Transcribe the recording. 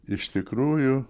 iš tikrųjų